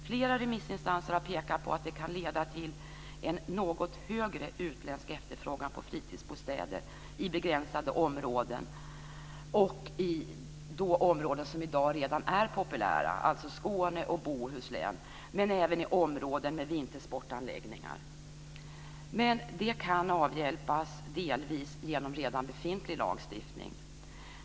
Flera remissinstanser har pekat på att det kan leda till en något större utländsk efterfrågan på fritidsbostäder i begränsade områden som redan i dag är populära, som Skåne och Bohuslän, men även i områden med vintersportanläggningar. Men det kan delvis avhjälpas genom redan befintlig lagstiftning.